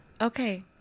okay